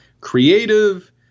creative